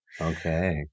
Okay